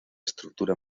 estructura